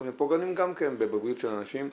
גם בבריאות של אנשים.